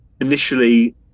initially